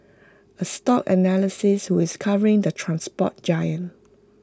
A stock analyst with covering the transport giant